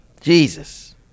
Jesus